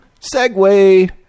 Segway